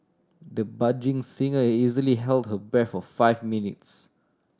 the budding singer easily held her breath for five minutes